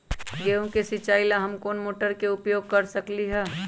गेंहू के सिचाई ला हम कोंन मोटर के उपयोग कर सकली ह?